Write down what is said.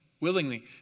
willingly